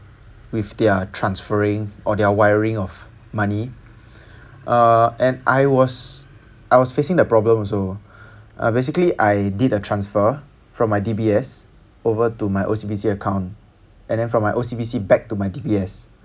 with their transferring or their wiring of money uh and I was I was facing the problem also uh basically I did a transfer from my D_B_S over to my O_C_B_C account and then from my O_C_B_C back to my D_B_S